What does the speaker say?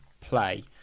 play